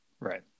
right